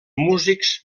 músics